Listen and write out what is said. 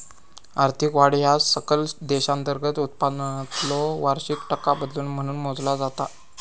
आर्थिक वाढ ह्या सकल देशांतर्गत उत्पादनातलो वार्षिक टक्का बदल म्हणून मोजला जाता